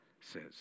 says